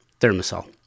Thermosol